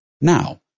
now